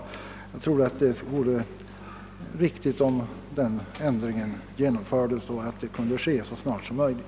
Jag tror det är viktigt att den ändringen vidtas så snart som möjligt.